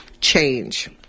change